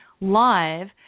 live